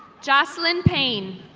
jocelyn payne.